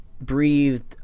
breathed